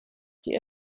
die